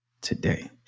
today